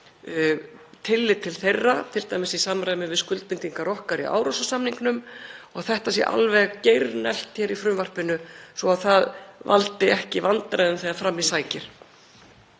tillit til þeirra, t.d. í samræmi við skuldbindingar okkar í Árósasamningnum, og þetta sé alveg geirneglt í frumvarpinu svo það valdi ekki vandræðum þegar fram í sækir.